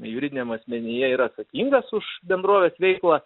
juridiniam asmenyje yra atsakingas už bendrovės veiklą